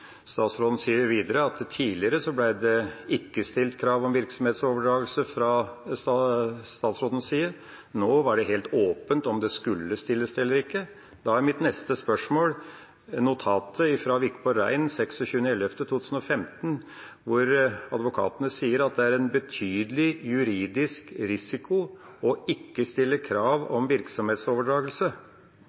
Statsråden sier videre at tidligere ble det ikke stilt krav om virksomhetsoverdragelse fra statsrådens side. Nå var det helt åpent om det skulle stilles eller ikke. Da gjelder mitt neste spørsmål notatet fra Wikborg Rein fra den 26. november 2015, hvor advokatene sier at det er en betydelig juridisk risiko ikke å stille krav om virksomhetsoverdragelse.